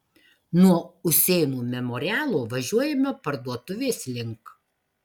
nuo usėnų memorialo važiuojame parduotuvės link